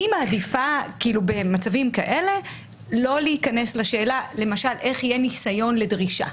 אני מעדיפה במצבים כאלה לא להיכנס לשאלה למשל איך יהיה ניסיון לדרישה,